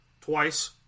Twice